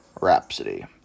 Rhapsody